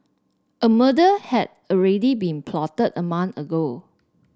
a murder had already been plotted a month ago